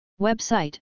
Website